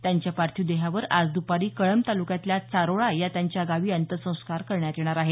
त्यांच्या पार्थिव देहावर आज द्पारी कळंब तालुक्यातल्या चारोळा या त्यांच्या गावी अंत्यसंस्कार करण्यात येणार आहेत